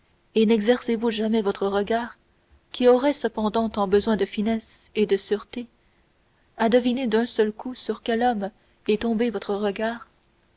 et nexercez vous jamais votre regard qui aurait cependant tant besoin de finesse et de sûreté à deviner d'un seul coup sur quel homme est tombé votre regard